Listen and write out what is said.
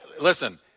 Listen